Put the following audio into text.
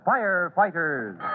Firefighters